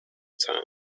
time